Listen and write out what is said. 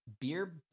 beer